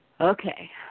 Okay